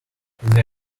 they